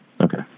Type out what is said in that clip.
Okay